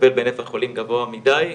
מטפל בנפח חולים גבוה מידי,